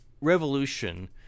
revolution